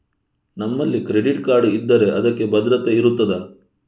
ನಮ್ಮಲ್ಲಿ credit card ಇದ್ದರೆ ಅದಕ್ಕೆ ಭದ್ರತೆ ಇರುತ್ತದಾ?